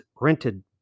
rented